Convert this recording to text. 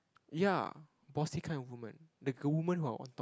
ya bossy kind of woman the woman who're on top